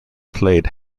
played